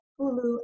Hulu